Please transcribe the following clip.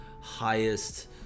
highest